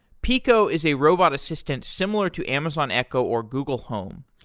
peeqo is a robot assistant similar to amazon echo, or google home.